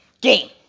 game